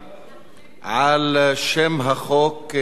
על שם החוק כהצעת הוועדה.